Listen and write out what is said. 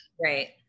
Right